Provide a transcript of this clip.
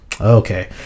okay